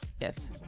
Yes